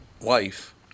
wife